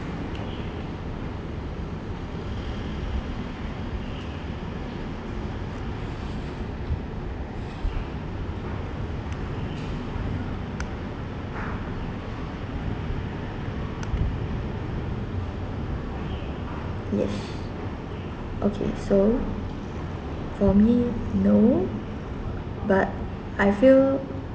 yes okay so for me no but I feel